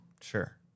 Sure